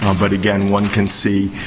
um but, again, one can see